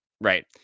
right